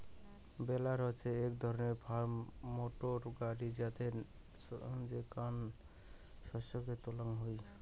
বেলার হসে এক ধরণের ফার্ম মোটর গাড়ি যেতে যোগান শস্যকে তোলা হই